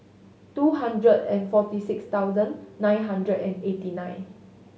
two hundred and forty six thousand nine hundred and eighty nine